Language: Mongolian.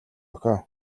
охин